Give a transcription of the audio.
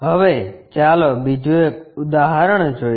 હવે ચાલો બીજું એક ઉદાહરણ જોઈએ